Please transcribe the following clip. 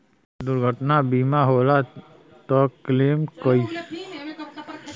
जब दुर्घटना बीमा होला त क्लेम कईसे होला?